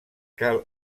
cal